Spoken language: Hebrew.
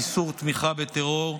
איסור תמיכה בטרור),